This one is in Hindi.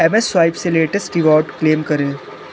एम एस स्वाइप से लेटेस्ट रिवॉर्ड क्लेम करें